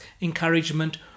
encouragement